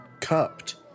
cupped